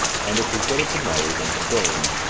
and it is better to marry than to burn,